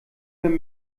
wenn